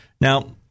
Now